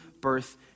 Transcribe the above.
birth